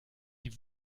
die